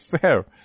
fair